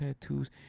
tattoos